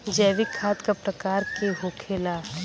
जैविक खाद का प्रकार के होखे ला?